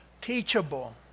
teachable